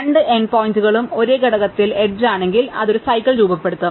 രണ്ട് n പോയിന്റുകളും ഒരേ ഘടകത്തി എഡ്ജ്ലാണെങ്കിൽ അത് ഒരു സൈക്കിൾ രൂപപ്പെടുത്തും